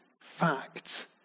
fact